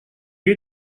you